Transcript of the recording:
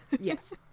Yes